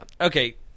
okay